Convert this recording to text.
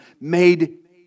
made